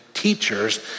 teachers